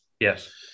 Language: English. Yes